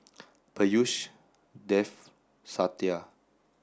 Peyush Dev Satya